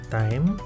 time